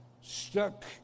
stuck